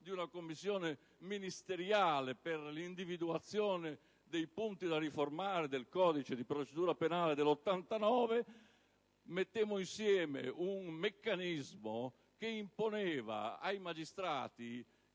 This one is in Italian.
di una commissione ministeriale per l'individuazione dei punti da riformare del codice di procedura penale del 1989, ricordo che mettemmo insieme un meccanismo che imponeva ai magistrati,